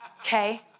Okay